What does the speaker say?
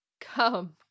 Come